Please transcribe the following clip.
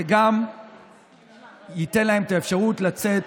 וגם ייתן להן את האפשרות לצאת